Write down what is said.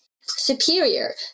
superior